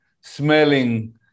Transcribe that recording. smelling